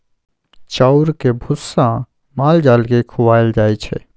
चाउरक भुस्सा माल जाल केँ खुआएल जाइ छै